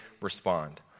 respond